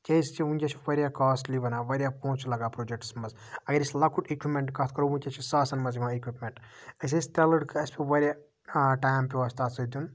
کیازِ کہِ وٕنکیٚس چھِ واریاہ کوسٹلی بَنان واریاہ پونسہٕ چھِ لَگان پروجٮ۪کٹَس منٛز اَگر أسۍ لۄکُٹ اِکوِپمینٹ کَتھ کرو وٕنکیٚن چھُ ساسَن منٛز یِوان اِکوِپمینٹ أسۍ ٲسۍ ترے لَڑکہٕ واریاہ ٹایم پیوو اَسہِ تَتھ سۭتۍ دیُن